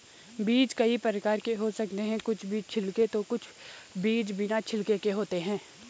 बीज कई प्रकार के हो सकते हैं कुछ बीज छिलके तो कुछ बिना छिलके के होते हैं